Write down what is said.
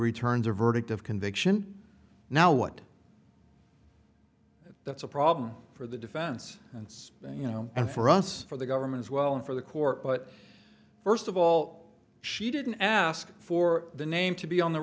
returns a verdict of conviction now what if that's a problem for the defense it's you know and for us for the government as well and for the court but first of all she didn't ask for the name to be on the